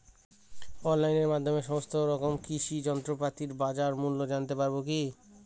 অনলাইনের মাধ্যমে সমস্ত রকম কৃষি যন্ত্রপাতির বাজার মূল্য জানতে পারবো কি?